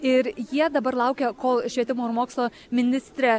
ir jie dabar laukia kol švietimo ir mokslo ministrė